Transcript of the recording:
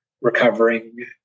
recovering